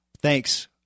Thanks